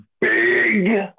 big